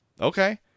okay